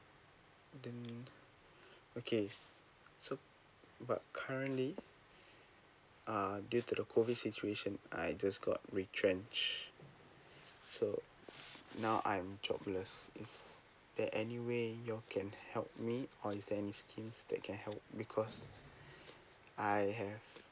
then okay so but currently uh due to the COVID situation I just got retrench so now I'm jobless is there anyway you can help me or is there any schemes that can help because I have